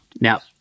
Now